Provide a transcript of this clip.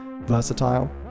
versatile